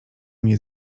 mnie